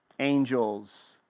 angels